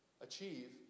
achieve